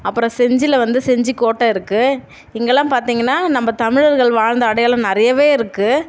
அப்புறம் செஞ்சியில் வந்து செஞ்சிக்கோட்டை இருக்குது இங்கெல்லாம் பார்த்தீங்கன்னா நம்ம தமிழர்கள் வாழ்ந்த அடையாளம் நிறையவே இருக்குது